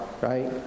right